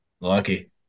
Lucky